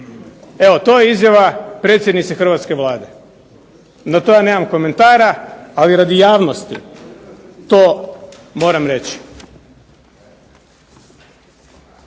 Evo to je izjava predsjednice hrvatske Vlade. Na to ja nemam komentara, ali radi javnosti to moram reći.